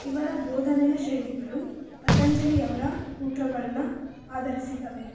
ಇವರ ಬೋಧನೆಯ ಶೈಲಿಗಳು ಪತಂಜಲಿಯವರ ಸೂತ್ರಗಳನ್ನು ಆಧರಿಸಿದ್ದಾವೆ